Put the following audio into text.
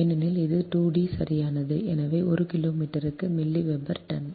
ஏனெனில் இது 2 D சரியானது எனவே ஒரு கிலோமீட்டருக்கு மில்லி வெபர் டன்